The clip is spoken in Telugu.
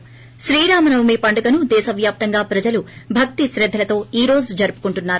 ి శ్రీరామ నవమి పండుగను దేశ వ్యాప్తంగా ప్రజలు భక్తి శ్రీద్దలతో ఈ రోజు జరుపుకుంటున్నారు